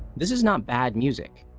this is not bad music,